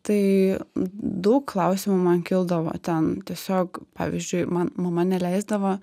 tai daug klausimų man kildavo ten tiesiog pavyzdžiui man mama neleisdavo